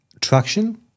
traction